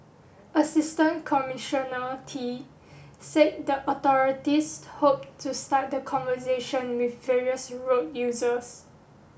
Assistant Commissioner Tee said the authorities hoped to start the conversation with various road users